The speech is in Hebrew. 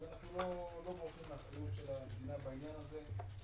אז אנחנו לא בורחים מהאחריות של המדינה בעניין הזה.